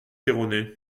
erroné